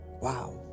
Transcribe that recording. Wow